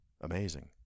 amazing